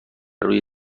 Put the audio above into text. روی